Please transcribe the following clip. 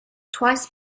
twice